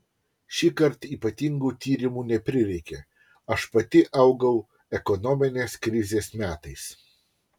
šįkart ypatingų tyrimų neprireikė aš pati augau ekonominės krizės metais